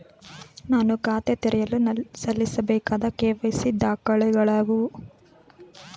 ನಾನು ಖಾತೆ ತೆರೆಯಲು ಸಲ್ಲಿಸಬೇಕಾದ ಕೆ.ವೈ.ಸಿ ದಾಖಲೆಗಳಾವವು?